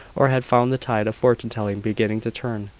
or had found the tide of fortune-telling beginning to turn,